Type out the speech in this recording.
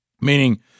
meaning